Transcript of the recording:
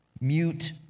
mute